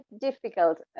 difficult